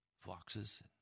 foxes